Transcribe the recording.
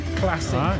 classic